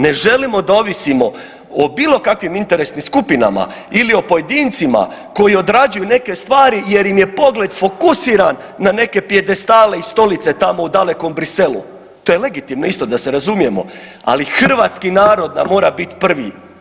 Ne želimo da ovisimo o bilo kakvim interesnim skupinama ili o pojedincima koji odrađuju neke stvari jer im je pogled fokusiran na neke pijedestale i stolice tamo u dalekom Bruxellesu, to je legitimno, isto, da se razumijemo, ali hrvatski narod nam mora bit prvi.